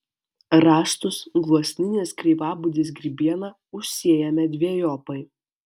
rąstus gluosninės kreivabudės grybiena užsėjame dvejopai